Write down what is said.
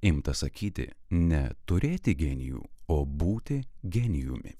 imta sakyti ne turėti genijų o būti genijumi